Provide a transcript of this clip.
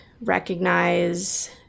recognize